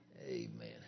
Amen